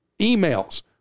emails